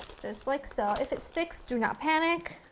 just like so, if it sticks, do not panic.